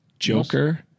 Joker